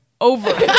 over